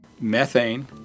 Methane